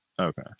Okay